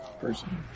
person